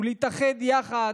להתאחד יחד,